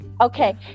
okay